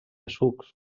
sucs